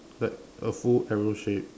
like a full arrow shape